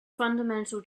fundamental